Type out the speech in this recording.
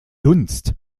dunst